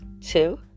two